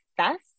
success